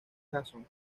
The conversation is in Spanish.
jason